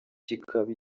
kikaba